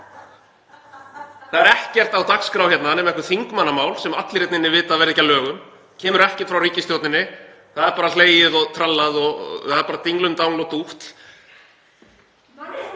Það er ekkert á dagskrá hérna nema einhver þingmannamál sem allir hér inni vita að verða ekki að lögum, kemur ekkert frá ríkisstjórninni og það er bara hlegið og trallað, það er bara dinglumdangl og dútl.